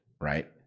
right